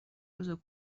روز